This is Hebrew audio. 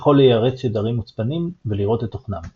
יכול ליירט שדרים מוצפנים ולראות את תוכנם.